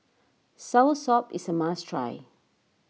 Soursop is a must try